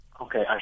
Okay